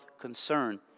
concern